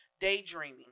Daydreaming